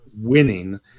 winning